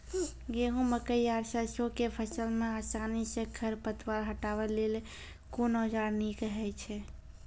गेहूँ, मकई आर सरसो के फसल मे आसानी सॅ खर पतवार हटावै लेल कून औजार नीक है छै?